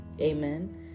Amen